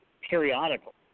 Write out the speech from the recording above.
periodical